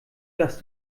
dass